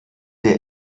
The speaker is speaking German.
der